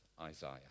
Isaiah